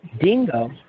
Dingo